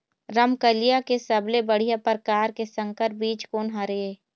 रमकलिया के सबले बढ़िया परकार के संकर बीज कोन हर ये?